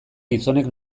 gizonek